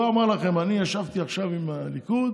הוא אמר לכם: אני ישבתי עכשיו עם הליכוד,